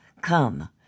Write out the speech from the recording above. Come